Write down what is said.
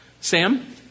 Sam